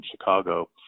Chicago